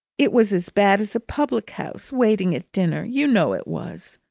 it was as bad as a public-house, waiting at dinner you know it was!